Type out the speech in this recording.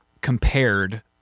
compared